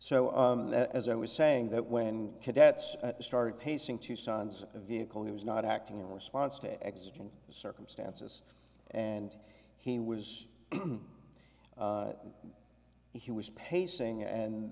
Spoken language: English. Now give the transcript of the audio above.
so as i was saying that when cadets started pacing tucson's vehicle he was not acting in response to extreme circumstances and he was he was pacing and